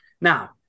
Now